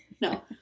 No